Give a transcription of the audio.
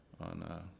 on